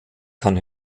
kann